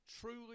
truly